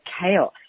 chaos